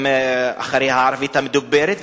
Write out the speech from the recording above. אחרי הערבית המדוברת,